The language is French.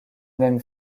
même